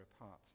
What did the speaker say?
apart